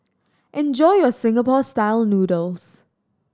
enjoy your Singapore Style Noodles